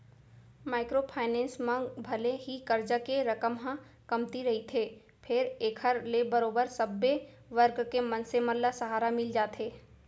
micro finance म भले ही करजा के रकम ह कमती रहिथे फेर एखर ले बरोबर सब्बे वर्ग के मनसे मन ल सहारा मिल जाथे